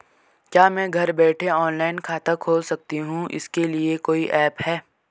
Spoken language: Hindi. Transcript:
क्या मैं घर बैठे ऑनलाइन खाता खोल सकती हूँ इसके लिए कोई ऐप है?